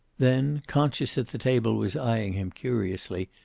then, conscious that the table was eying him curiously,